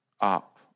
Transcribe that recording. up